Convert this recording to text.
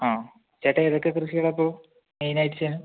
ആ ചേട്ടാ ഏതൊക്കെ കൃഷികളാണ് ഇപ്പോൾ മെയിനായിട്ട് ചെയ്യണത്